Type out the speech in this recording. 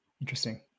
interesting